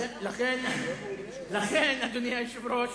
לכן, אדוני היושב-ראש,